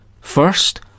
first